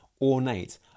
ornate